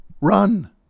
run